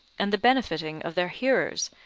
and the benefiting of their hearers,